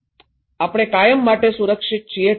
આપણે કાયમ માટે સુરક્ષિત છીએ ઠીક છે